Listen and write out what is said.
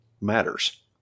matters